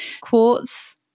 Quartz